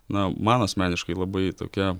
na man asmeniškai labai tokia